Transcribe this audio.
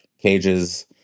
cages